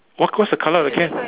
what what's colour of the can